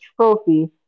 Trophy